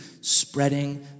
spreading